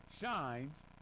shines